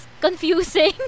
confusing